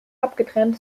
abgetrennt